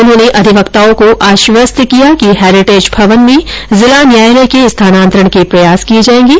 उन्होंने अधिवक्ताओं को आश्वस्त किया कि हैरिटेज भवन में जिला न्यायालय के स्थानान्तरण के प्रयास किये जायेंगे